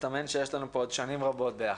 מסתמן שיש לנו פה עוד שנים רבות ביחד.